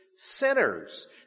Sinners